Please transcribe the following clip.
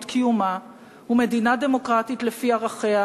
קיומה ומדינה דמוקרטית לפי ערכיה,